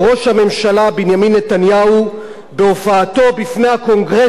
נתניהו בהופעתו בפני הקונגרס האמריקני.